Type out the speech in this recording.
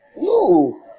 No